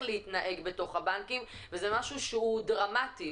להתנהג בתוך הבנקים וזה משהו שהוא דרמטי.